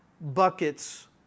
buckets